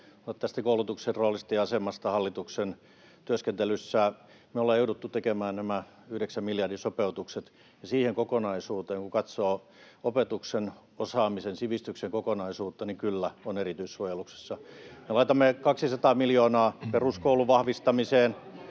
tästä koulutuksen roolista ja asemasta hallituksen työskentelyssä. Me ollaan jouduttu tekemään nämä yhdeksän miljardin sopeutukset, ja siitä kokonaisuudesta kun katsoo opetuksen, osaamisen, sivistyksen kokonaisuutta, niin kyllä, se on erityissuojeluksessa. [Ben Zyskowicz: Juuri näin!] Me laitamme 200 miljoonaa peruskoulun vahvistamiseen,